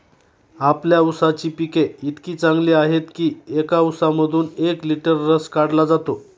आपल्या ऊसाची पिके इतकी चांगली आहेत की एका ऊसामधून एक लिटर रस काढला जातो